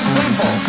people